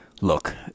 Look